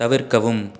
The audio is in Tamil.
தவிர்க்கவும்